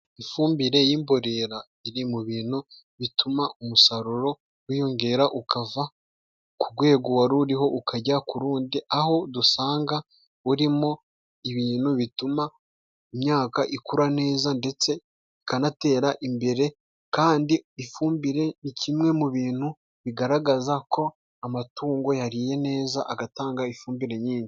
Ifumbire y'imborera iri mu bintu bituma umusaruro wiyongera, ukava ku rwego wari uriho ukajya ku rundi, aho dusanga irimo ibintu bituma imyaka ikura neza ndetse ikanatera imbere, kandi ifumbire ni kimwe mu bintu bigaragaza ko amatungo yariye neza agatanga ifumbire nyinshi.